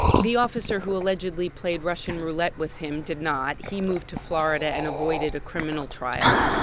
the officer who allegedly played russian roulette with him did not. he moved to florida and avoided a criminal trial.